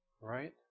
right